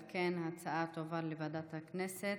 על כן, ההצעה תועבר לוועדת הכנסת.